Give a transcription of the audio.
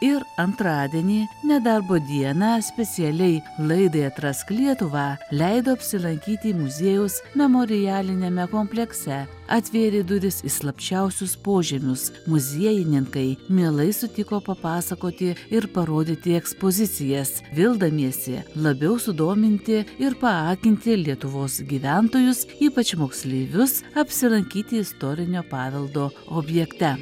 ir antradienį nedarbo dieną specialiai laidai atrask lietuvą leido apsilankyti muziejaus memorialiniame komplekse atvėrė duris į slapčiausius požemius muziejininkai mielai sutiko papasakoti ir parodyti ekspozicijas vildamiesi labiau sudominti ir paakinti lietuvos gyventojus ypač moksleivius apsilankyti istorinio paveldo objekte